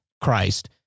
Christ